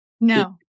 No